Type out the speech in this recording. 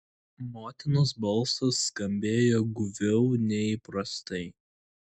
motinos balsas skambėjo guviau nei įprastai